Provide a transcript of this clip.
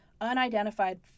unidentified